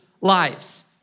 lives